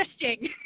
interesting